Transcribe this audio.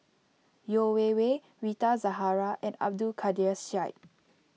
Yeo Wei Wei Rita Zahara and Abdul Kadir Syed